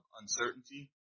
uncertainty